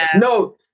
no